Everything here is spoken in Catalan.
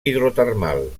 hidrotermal